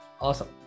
Awesome